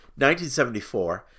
1974